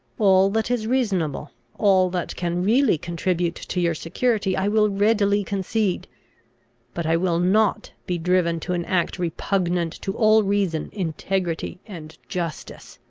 all that is reasonable, all that can really contribute to your security, i will readily concede but i will not be driven to an act repugnant to all reason, integrity, and justice.